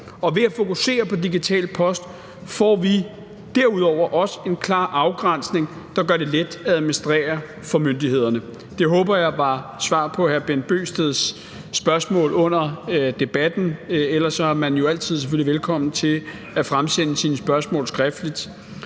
og ved at fokusere på digital post får vi derudover også en klar afgrænsning, der gør det let at administrere for myndighederne. Det håber jeg var svar på hr. Bent Bøgsteds spørgsmål under debatten. Ellers er man jo selvfølgelig altid velkommen til at fremsende sine spørgsmål skriftligt.